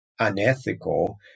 unethical